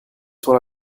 sur